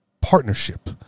partnership